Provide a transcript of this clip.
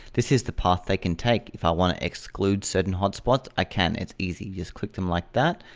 this is the path they can take. if i wanna exclude certain hotspots, i can it's easy, just click them like that,